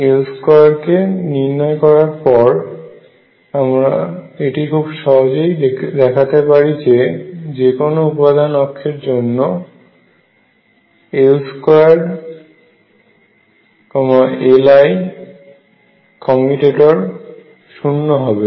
L2 কে নির্ণয় করার পরে আমরা এটি খুব সহজেই দেখাতে পারি যে যেকোনো উপাদান অক্ষের জন্য L2 Li শুন্য হবে